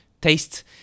taste